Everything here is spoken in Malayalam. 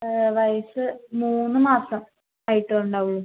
വയസ്സ് മൂന്ന് മാസം ആയിട്ടുണ്ടാവൂ